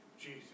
Jesus